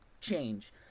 change